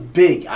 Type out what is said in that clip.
big